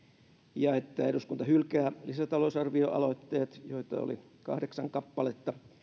ja että eduskunta hylkää lisätalousarvioaloitteet joita oli kahdeksan kappaletta